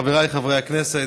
חבריי חברי הכנסת,